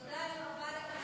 תודה רבה.